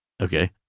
Okay